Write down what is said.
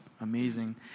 amazing